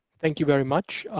thank you very much.